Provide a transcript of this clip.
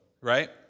right